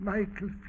Michael